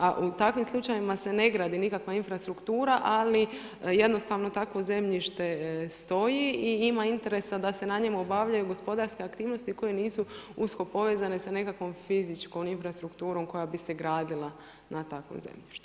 A u takvim slučajevima se ne gradi nikakva infrastruktura, ali jednostavno takvo zemljište stoji i ima interesa da se na njemu obavljaju gospodarske aktivnosti, koje nisu usko povezane sa nekakvom fizičkom infrastrukturom koja bi se gradila na takvom zemljištu.